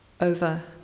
Over